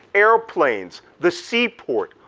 airplanes, the sea port,